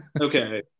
Okay